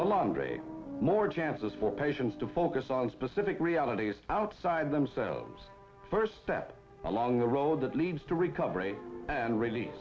laundry more chances for patients to focus on specific realities outside themselves first step along the road that leads to recovery and really